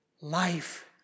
life